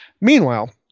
Meanwhile